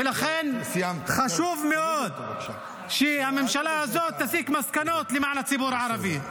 ולכן חשוב מאוד שהממשלה הזאת תסיק מסקנות למען הציבור הערבי.